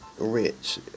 Rich